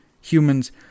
humans